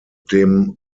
dem